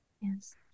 yes